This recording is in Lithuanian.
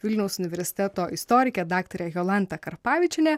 vilniaus universiteto istorikė daktarė jolanta karpavičienė